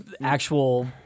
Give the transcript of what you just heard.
actual